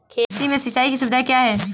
खेती में सिंचाई की सुविधा क्या है?